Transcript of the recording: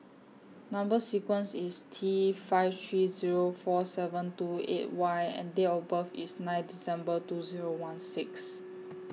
Number sequence IS T five three Zero four seven two eight Y and Date of birth IS nine December two Zero one six